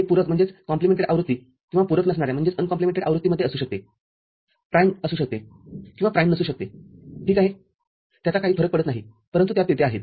हे पूरक आवृत्ती किंवा पूरक नसणाऱ्या आवृत्तीमध्ये असू शकते प्राईमअसू शकते किंवा प्राईम नसू शकते ठीक आहेत्याचा काही फरक पडत नाहीपरंतु त्या तेथे आहेत